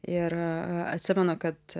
ir atsimenu kad